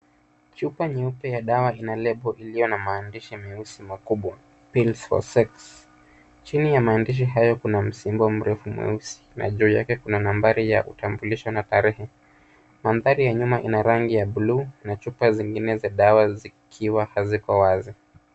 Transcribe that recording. Chupa nyeupe ya dawa ina lebo liliyo na maandishi meusi makubwa pill for sex .Chini ya maandishi hayo kuna msimbo mrefu mweusi na juu yake kuna nambari ya utambulisho na tarehe. Mandhari ya nyuma ina rangi ya blue na chupa zingine za dawa zikiwa haziko wazi.